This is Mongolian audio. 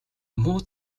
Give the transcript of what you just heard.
муу